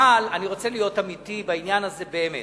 אבל אני רוצה להיות אמיתי בעניין הזה באמת.